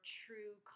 true